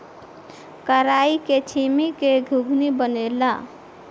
कराई के छीमी के घुघनी बनेला